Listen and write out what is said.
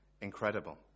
incredible